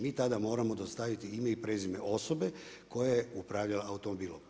Mi tada moramo dostaviti ime i prezime osobe koja je upravljala automobilom.